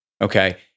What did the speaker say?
Okay